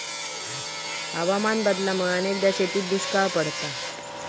हवामान बदलामुळा अनेकदा शेतीत दुष्काळ पडता